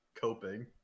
coping